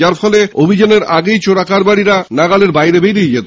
যার ফলে অভিযান চালানোর আগেই চোরাকারবারীরা নাগালের বাইরে বেরিয়ে যেত